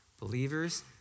believers